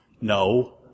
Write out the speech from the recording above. no